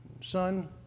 son